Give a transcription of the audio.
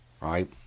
right